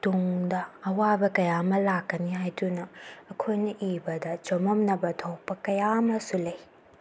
ꯇꯨꯡꯗ ꯑꯋꯥꯕ ꯀꯌꯥ ꯑꯃ ꯂꯥꯛꯀꯅꯤ ꯍꯥꯏꯗꯨꯅ ꯑꯩꯈꯣꯏꯅ ꯏꯕꯗ ꯆꯃꯝꯅꯕ ꯊꯣꯛꯄ ꯀꯌꯥ ꯑꯃꯁꯨ ꯂꯩ